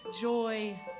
joy